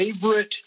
favorite